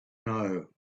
know